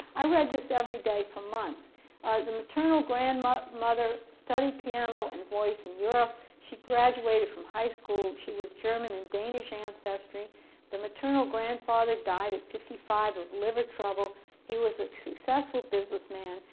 i read this every day for months the maternal grandmother studied piano and voice in europe she graduated from high school, she was german and danish ancestry the maternal grandfather died at fifty five of liver trouble he was successful businessman,